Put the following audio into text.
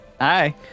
Hi